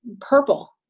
purple